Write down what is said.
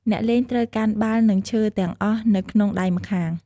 អ្នកលេងត្រូវកាន់បាល់ និងឈើទាំងអស់នៅក្នុងដៃម្ខាង។